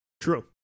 True